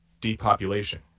depopulation